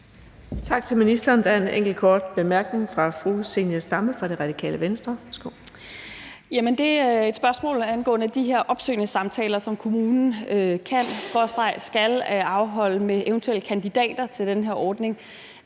Tak til ministeren. Der er en enkelt kort bemærkning fra fru Zenia Stampe fra Radikale Venstre. Værsgo. Kl. 14:19 Zenia Stampe (RV): Det er et spørgsmål angående de her opsøgende samtaler, som kommunen kan skråstreg skal afholde med eventuelle kandidater til den her ordning.